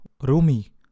Rumi